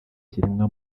kiremwa